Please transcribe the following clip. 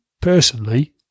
personally